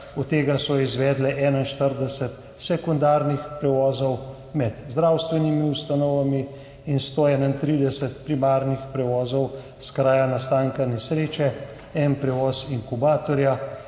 od tega so izvedle 41 sekundarnih prevozov med zdravstvenimi ustanovami in 131 primarnih prevozov s kraja nastanka nesreče, en prevoz inkubatorja.